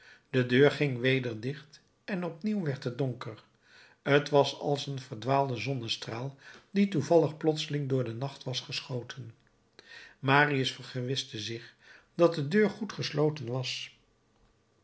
de deur ging weder dicht en opnieuw werd het donker t was als een verdwaalde zonnestraal die toevallig plotseling door den nacht was geschoten marius vergewiste zich dat de deur goed gesloten was